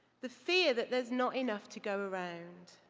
the fear that there's not enough to go around.